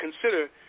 consider